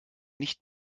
nicht